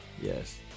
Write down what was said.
Yes